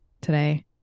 today